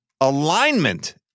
alignment